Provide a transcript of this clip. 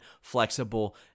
flexible